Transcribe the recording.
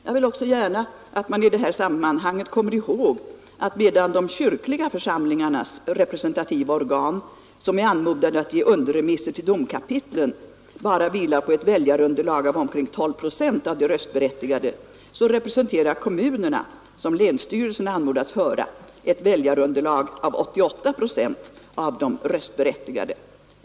Jag vill också gärna att man i detta sammanhang kommer ihåg att medan de kyrkliga församlingarnas representativa organ, som är anmodade att ge underremisser till domkapitlen, på grund av det svaga valdeltagandet i allmänhet bara vilar på ett väljarunderlag av omkring 12 procent av de röstberättigade, så representerar kommunerna som länsstyrelserna anmodas höra i genomsnitt ett väljarunderlag av 88 procent av de röstberättigade.